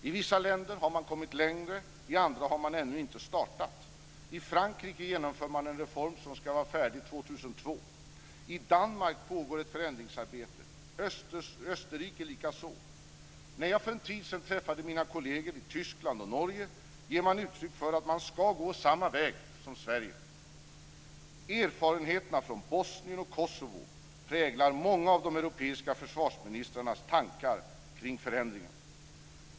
I vissa länder har man kommit längre, i andra har man ännu inte startat. I Frankrike genomför man en reform som ska vara färdig 2002. I Danmark pågår ett förändringsarbete - i Österrike likaså. När jag för en tid sedan träffade mina kolleger i Tyskland och Norge gav de uttryck för att de länderna ska gå samma väg som Sverige. Erfarenheterna från Bosnien och Kosovo präglar många av de europeiska försvarsministrarnas tankar kring förändringen.